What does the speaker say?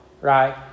right